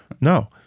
No